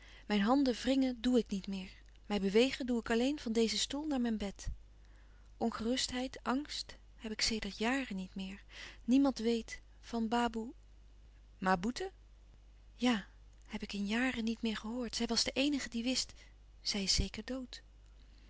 mijn handen wringen doe ik niet meer mij bewegen doe ik alleen van dezen stoel naar mijn bed ongerustheid angst heb ik sedert jaren niet meer niemand weet van baboe ma boeten louis couperus van oude menschen de dingen die voorbij gaan ja heb ik in jaren niet meer gehoord zij was de eenige die wist zij is zeker dood